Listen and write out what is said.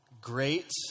great